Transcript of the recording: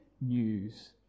news